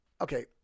okay